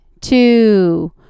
two